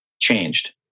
changed